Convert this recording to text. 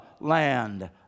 land